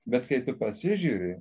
bet kai tu pasižiūri